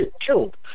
killed